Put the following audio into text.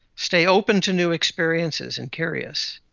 stay open to new experiences and curious,